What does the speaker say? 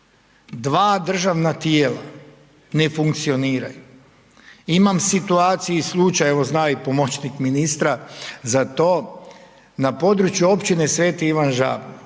Dva državna tijela ne funkcioniraju. Imam situaciju i slučaj, evo zna i pomoćnik ministra za to na području općine Sveti Ivan Žabno